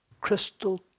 crystal